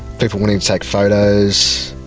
people wanting to take photos